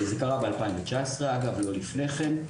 זה קרה ב-2019, לא לפני כן.